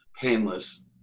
painless